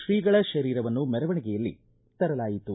ಶ್ರೀಗಳ ಶರೀರವನ್ನು ಮೆರವಣಿಗೆಯಲ್ಲಿ ತರಲಾಯಿತು